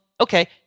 okay